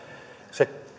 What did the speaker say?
se